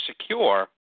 secure